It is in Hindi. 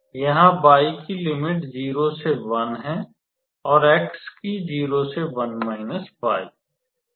यहाँ y की लिमिट 0 से 1 है और x की 0 से 1 y